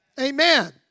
Amen